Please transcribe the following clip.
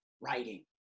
writing